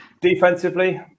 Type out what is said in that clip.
Defensively